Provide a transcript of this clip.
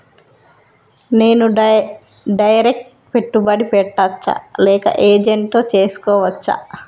నేను డైరెక్ట్ పెట్టుబడి పెట్టచ్చా లేక ఏజెంట్ తో చేస్కోవచ్చా?